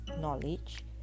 knowledge